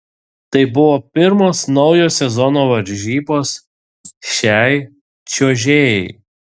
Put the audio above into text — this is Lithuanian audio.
tai buvo pirmos naujo sezono varžybos šiai čiuožėjai